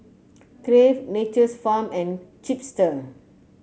Crave Nature's Farm and Chipster